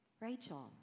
Rachel